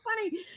funny